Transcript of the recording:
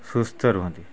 ସୁସ୍ଥ ରୁହନ୍ତି